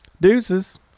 deuces